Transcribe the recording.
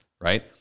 right